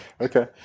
Okay